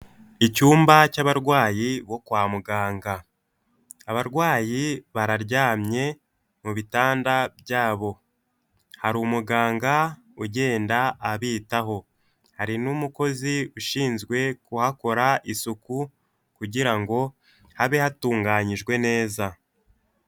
Icyumba cy'abarwayi bo kwa muganga abarwayi bararyamye mu bitanda byabo, hari umuganga ugenda abitaho, hari n'umukozi ushinzwe kuhakora isuku kugira ngo habe hatunganyijwe neza.